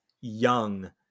young